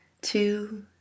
two